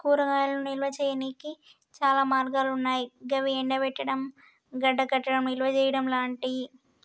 కూరగాయలను నిల్వ చేయనీకి చాలా మార్గాలన్నాయి గవి ఎండబెట్టడం, గడ్డకట్టడం, నిల్వచేయడం లాంటియి